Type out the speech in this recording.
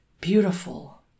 beautiful